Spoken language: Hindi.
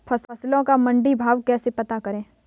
फसलों का मंडी भाव कैसे पता करें?